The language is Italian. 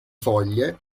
foglie